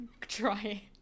Try